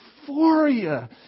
euphoria